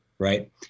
right